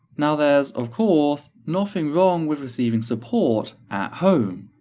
now there's, of course, nothing wrong with receiving support at home,